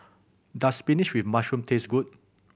does spinach with mushroom taste good